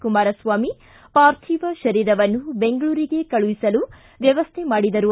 ಕುಮಾರಸ್ವಾಮಿ ಪಾರ್ಥಿವ ಶರೀರವನ್ನು ಬೆಂಗಳೂರಿಗೆ ಕಳುಹಿಸುವ ವ್ಯವಸ್ಥೆ ಮಾಡಿದರು